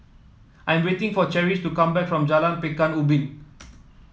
I am waiting for Cherish to come back from Jalan Pekan Ubin